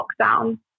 lockdown